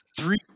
three